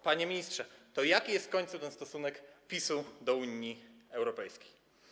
Panie ministrze, to jaki jest w końcu stosunek PiS-u do Unii Europejskiej?